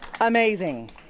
amazing